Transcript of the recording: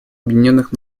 объединенных